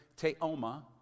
Teoma